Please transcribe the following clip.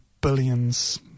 billions